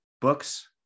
books